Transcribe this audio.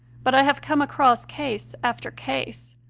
but i have come across case after case,